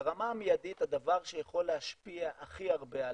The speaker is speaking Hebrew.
ברמה המיידית הדבר שיכול להשפיע הכי הרבה על